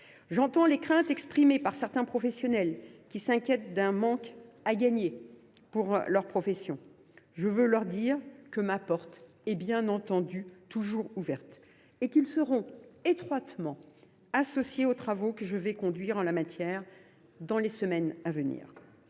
J’entends les craintes exprimées par certains professionnels, qui s’inquiètent d’un manque à gagner pour leur profession. Je veux leur dire que ma porte est bien entendu toujours ouverte et qu’ils seront étroitement associés aux travaux que je vais conduire en la matière dans les semaines à venir.